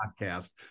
podcast